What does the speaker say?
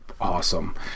awesome